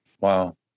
Wow